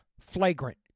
flagrant